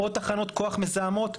עוד תחנות כוח מזהמות?